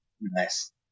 Nice